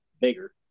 bigger